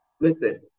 Listen